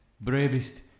bravest